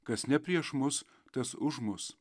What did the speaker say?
kas ne prieš mus tas už mus